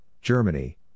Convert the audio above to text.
Germany